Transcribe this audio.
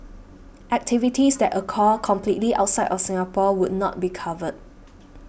activities that occur completely outside of Singapore would not be covered